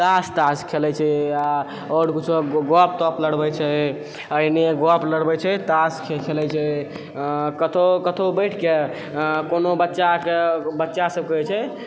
ताश ताश खेलै छै आओर किछो गप तप लगबै छै आ गप लड़बै छै ताश खेलै छै आ कतहु कतहु बैठकऽ कोनो बच्चाके सबके